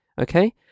Okay